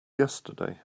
yesterday